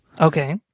Okay